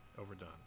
overdone